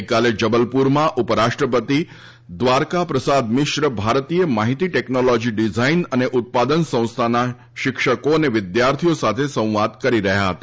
ગઈકાલે જબલપુરમાં ઉપરાષ્ટ્રપતિ દ્વારકા પ્રસાદ મિશ્ર ભારતીય માહિતી ટેકનોલોજી ડિઝાઈન અને ઉત્પાદન સંસ્થાના શિક્ષિકો અને વિદ્યાર્થિઓ સાથે સંવાદ કરી રહ્યા હતા